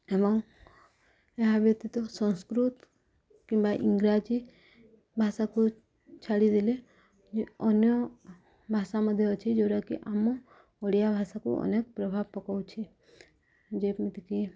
ଏବଂ ଏହା ବ୍ୟତୀତ ସଂସ୍କୃତ କିମ୍ବା ଇଂରାଜୀ ଭାଷାକୁ ଛାଡ଼ିଦେଲେ ଅନ୍ୟ ଭାଷା ମଧ୍ୟ ଅଛି ଯେଉଁଟାକି ଆମ ଓଡ଼ିଆ ଭାଷାକୁ ଅନେକ ପ୍ରଭାବ ପକାଉଛି ଯେମିତିକି